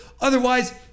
Otherwise